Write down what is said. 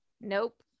Nope